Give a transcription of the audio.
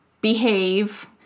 behave